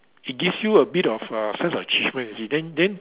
it gives you a bit of uh a sense of achievement you see then then